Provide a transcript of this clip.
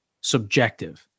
subjective